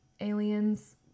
aliens